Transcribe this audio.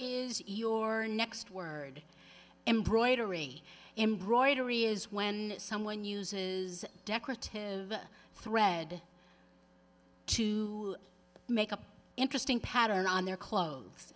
or next word embroidery embroidery is when someone uses decorative thread to make a interesting pattern on their clothes